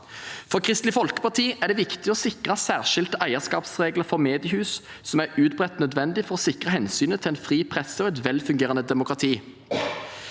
For Kristelig Folkeparti er det viktig å sikre særskilte eierskapsregler for mediehus som er utbredt og nødvendige for å sikre hensynet til en fri presse og et velfungerende demokrati.